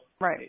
right